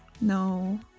No